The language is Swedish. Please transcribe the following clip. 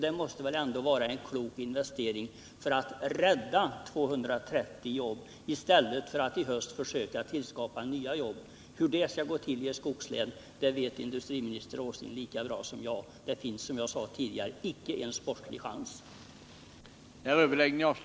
Det måste väl ändå vara en klok investering för att rädda 230 jobb i stället för att i höst försöka tillskapa nya jobb. Hur det skall gå till i ett skogslän vet industriminister Åsling lika bra som jag — det finns, som jag tidigare sade, icke en sportslig chans.